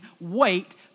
wait